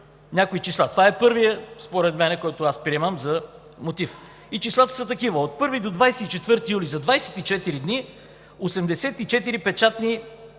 Това е първият според мен, който аз приемам за мотив. Числата са такива: от 1 до 24 юли – за 24 дни, 84 печатни